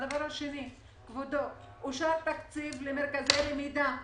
דבר שני, כבודו, אושר תקציב למרכזי למידה "מהלב".